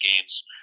games